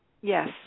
Yes